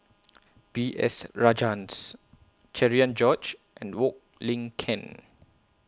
B S Rajhans Cherian George and Wong Lin Ken